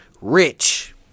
Rich